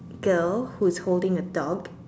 girl who is holding a dog